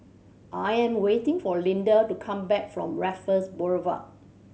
I am waiting for Linda to come back from Raffles Boulevard